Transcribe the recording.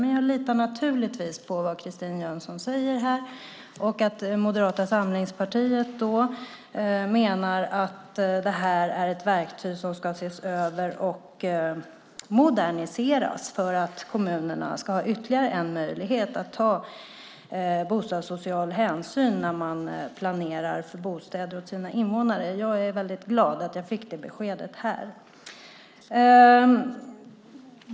Men jag litar naturligtvis på vad Christine Jönsson säger om att Moderata samlingspartiet menar att detta är ett verktyg som ska ses över och moderniseras för att kommunerna ska ha ytterligare en möjlighet att ta bostadssocial hänsyn när man planerar för bostäder åt sina invånare. Jag är glad över att jag fick detta besked.